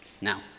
Now